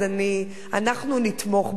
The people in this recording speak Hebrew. אז אנחנו נתמוך,